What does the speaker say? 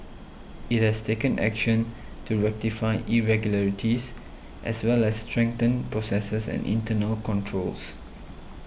it has taken action to rectify irregularities as well as strengthen processes and internal controls